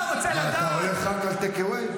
מה, אתה הולך רק על טייק-אווי?